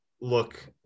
look